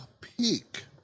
peak